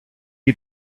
you